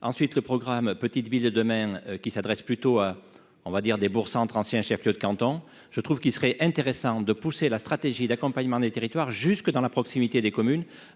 ensuite le programme Petites Villes de demain qui s'adressent plutôt à on va dire des bourgs entre ancien chef-lieu de canton je trouve qu'il serait intéressant de pousser la stratégie d'accompagnement des territoires jusque dans la proximité des communes